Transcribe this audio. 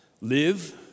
Live